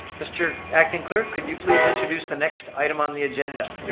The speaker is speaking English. mr. acting clerk, could you please introduce the next item on the agenda?